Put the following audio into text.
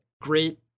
great